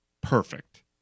Perfect